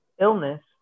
illness